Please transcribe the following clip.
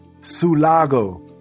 Sulago